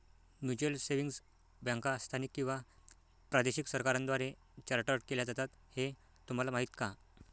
Mutual savings बँका स्थानिक किंवा प्रादेशिक सरकारांद्वारे चार्टर्ड केल्या जातात हे तुम्हाला माहीत का?